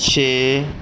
ਛੇ